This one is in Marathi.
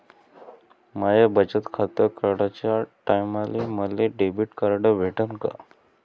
माय बचत खातं काढाच्या टायमाले मले डेबिट कार्ड भेटन का?